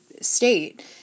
state